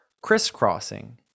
crisscrossing